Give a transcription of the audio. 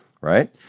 right